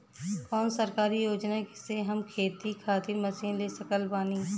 कौन सरकारी योजना से हम खेती खातिर मशीन ले सकत बानी?